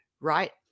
right